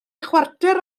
chwarter